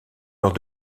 heure